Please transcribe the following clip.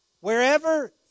Wherever